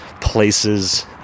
places